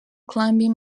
climbing